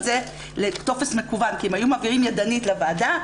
זה לטופס מקוון כי הם היו מעבירים ידנית לוועדה,